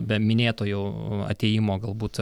be minėto jau atėjimo galbūt